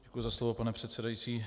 Děkuji za slovo, pane předsedající.